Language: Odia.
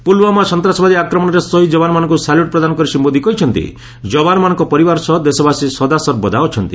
ପୁଲ୍ୱାମା ସନ୍ତାସବାଦୀ ଆକ୍ରମଣରେ ଶହୀଦ୍ ଯବାନମାନଙ୍କୁ ସାଲ୍ୟୁଟ୍ ପ୍ରଦାନ କରି ଶ୍ରୀ ମୋଦି କହିଛନ୍ତି ଯବାନମାନଙ୍କ ପରିବାର ସହ ଦେଶବାସୀ ସଦାସର୍ବଦା ଅଛନ୍ତି